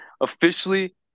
officially